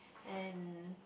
and